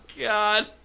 god